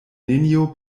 nenio